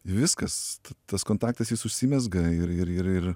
viskas tas kontaktas jis užsimezga ir ir ir ir